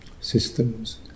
systems